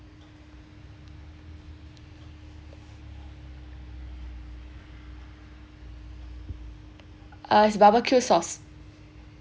uh is barbecue sauce